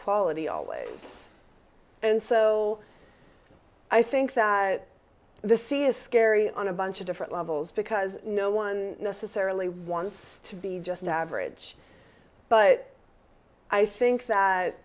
quality always and so i think that the see is scary on a bunch of different levels because no one necessarily wants to be just average but i think that